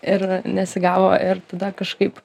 ir nesigavo ir tada kažkaip